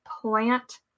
plant